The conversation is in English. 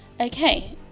Okay